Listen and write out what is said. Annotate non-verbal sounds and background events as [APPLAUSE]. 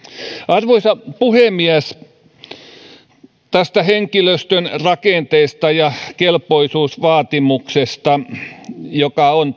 arvoisa puhemies tästä henkilöstön rakenteesta ja kelpoisuusvaatimuksesta se on [UNINTELLIGIBLE]